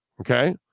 okay